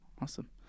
Awesome